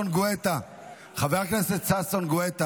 חבר הכנסת ששון גואטה.